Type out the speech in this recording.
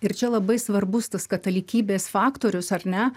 ir čia labai svarbus tas katalikybės faktorius ar ne